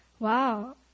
Wow